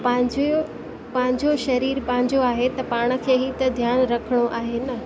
पंहिंजो पंहिंजो शरीर पंहिंजो आहे त पाण खे ई त ध्यानु रखिणो आहे न